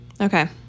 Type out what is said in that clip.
okay